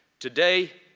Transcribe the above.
today.